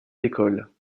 l’école